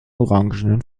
orangen